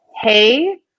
hey